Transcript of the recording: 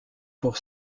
pour